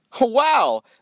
Wow